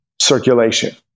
circulation